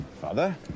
father